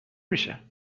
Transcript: میشه